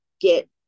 get